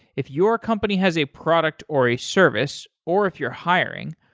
if your company has a product, or a service, or if you're hiring,